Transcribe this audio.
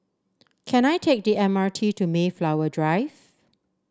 can I take the M R T to Mayflower Drive